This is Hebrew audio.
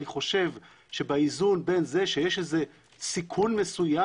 אני חושב שבאיזון בין זה שיש סיכון מסוים